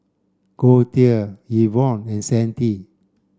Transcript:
Goldia Yvonne and Sandy